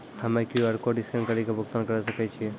हम्मय QR code scan कड़ी के भुगतान करें सकय छियै?